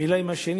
מלה עם השני.